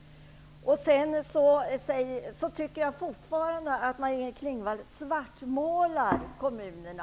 Jag tycker fortfarande att Maj-Inger Klingvall svartmålar kommunerna.